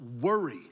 worry